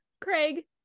Craig